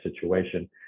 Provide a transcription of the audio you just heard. situation